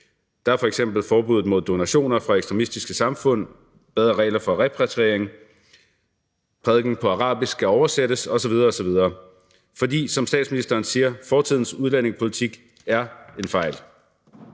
Det er f.eks. forbuddet mod donationer fra ekstremistiske samfund, bedre regler for repatriering, at prædikener på arabisk skal oversættes osv. osv. For som statsministeren siger: Fortidens udlændingepolitik er en fejl.